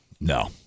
No